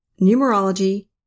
numerology